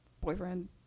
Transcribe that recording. boyfriend